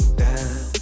down